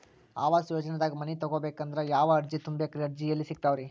ಆವಾಸ ಯೋಜನೆದಾಗ ಮನಿ ತೊಗೋಬೇಕಂದ್ರ ಯಾವ ಅರ್ಜಿ ತುಂಬೇಕ್ರಿ ಮತ್ತ ಅರ್ಜಿ ಎಲ್ಲಿ ಸಿಗತಾವ್ರಿ?